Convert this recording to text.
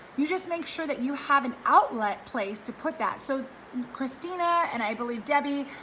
you just make sure that you have an outlet place to put that. so christina and i believe debbie,